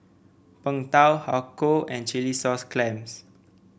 Png Tao Har Kow and Chilli Sauce Clams